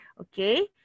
Okay